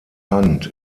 hunt